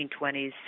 1920s